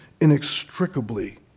inextricably